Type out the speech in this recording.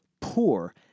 poor